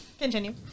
Continue